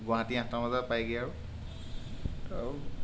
গুৱাহাটীত আঠটামান বজাত পায়গৈ আৰু